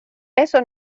eso